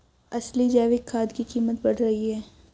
असली जैविक खाद की कीमत बढ़ रही है